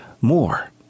more